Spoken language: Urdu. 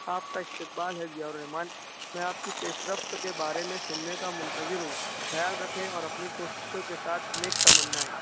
آپ کا استقبال ہے ضیاء الرّحمان میں آپ کی پیش رفت کے بارے میں سُننے کا منتظر ہوں خیال رکھیں اور اپنی کوششوں کے ساتھ نیک تمنائیں